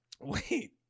Wait